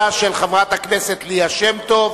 99, של חברת הכנסת ליה שמטוב,